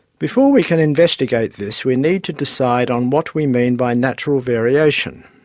before we can investigate this we need to decide on what we mean by natural variation.